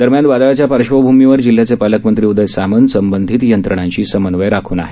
दरम्यान वादळाच्या पार्श्वभूमीवर जिल्ह्याचे पालकमंत्री उदय सामंत संबंधित यंत्रणांशी समन्वय राखून आहेत